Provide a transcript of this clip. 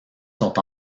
sont